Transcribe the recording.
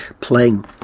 playing